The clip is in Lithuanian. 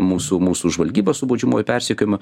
mūsų mūsų žvalgyba su baudžiamuoju persekiojimu